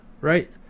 right